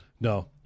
no